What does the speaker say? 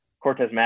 Cortez